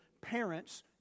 parents